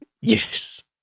Yes